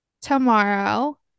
tomorrow